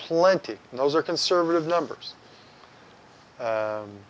plenty and those are conservative numbers